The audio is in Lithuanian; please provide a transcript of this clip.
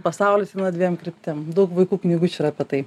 pasaulis eina dviem kryptim daug vaikų knygučių yra apie tai